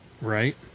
right